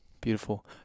Beautiful